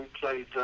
played